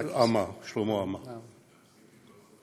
שלמה עמאר היום,